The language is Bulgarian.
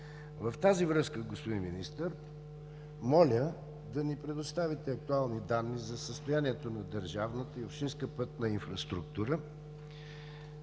В тази връзка, господин Министър, моля да ни предоставите актуални данни за състоянието на държавната и общинска пътна инфраструктура,